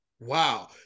Wow